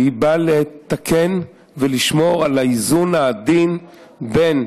והוא באה לתקן ולשמור על האיזון העדין בין